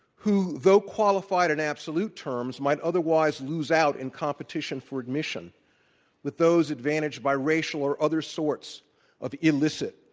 who, though qualified in and absolute terms, might otherwise lose out in competition for admission with those advantaged by racial or other sorts of illicit,